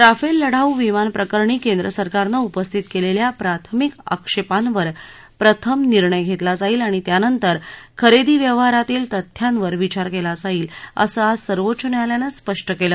Rafale लढाऊ विमानप्रकरणी केंद्र सरकारनं उपस्थित केलेल्या प्राथमिक आक्षेपांवर प्रथम निर्णय घेतला जाईल आणि त्यानंतर खरेदी व्यवहारातील तथ्यांवर विचार केला जाईल असं आज सर्वोच्च न्यायालयानं स्पष्ट केलं